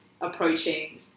approaching